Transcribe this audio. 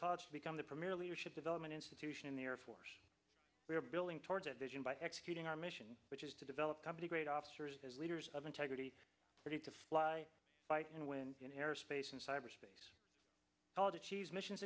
college to become the premier leadership development institution in the air force we are building towards a vision by executing our mission which is to develop company great officers as leaders of integrity ready to fly fight and win in aerospace and cyber space elegies mission